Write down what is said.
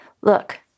Look